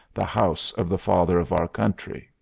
the house of the father of our country.